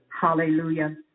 Hallelujah